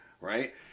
right